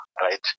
right